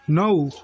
नौ